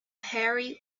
hairy